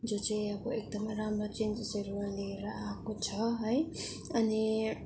जो चाहिँ अब एकदमै राम्रो चेन्जेसहरू लिएर आएको छ है अनि